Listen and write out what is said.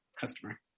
customer